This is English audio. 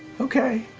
okay.